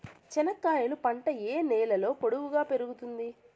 చెనక్కాయలు పంట ఏ నేలలో పొడువుగా పెరుగుతుంది?